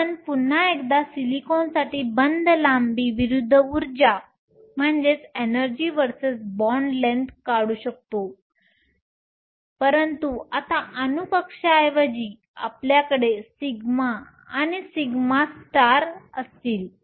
आपण पुन्हा एकदा सिलिकॉनसाठी बंध लांबी विरुद्ध उर्जा काढू शकतो परंतु आता अणू कक्षाऐवजी आपल्याकडे σ आणि σ असतील